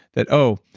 that, oh,